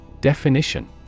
Definition